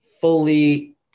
fully